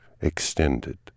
extended